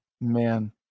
man